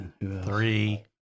three